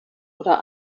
oder